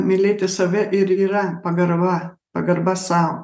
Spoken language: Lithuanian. mylėti save ir yra pagarba pagarba sau